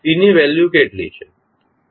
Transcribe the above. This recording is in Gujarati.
C ની વેલ્યુ કેટલી છે